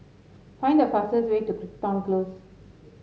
find the fastest way to Crichton Close